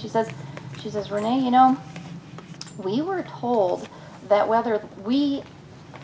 she says she says renee you know we were told that whether we